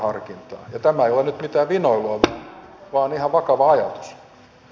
tämä ei ole nyt mitään vinoilua vaan ihan vakava ajatus